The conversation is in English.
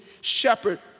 shepherd